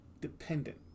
dependent